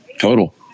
total